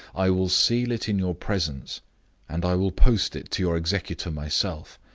i will seal it in your presence and i will post it to your executor myself.